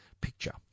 picture